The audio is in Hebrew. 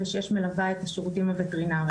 2006 מלווה את השירותים הווטרינריים.